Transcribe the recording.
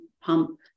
pump